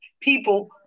people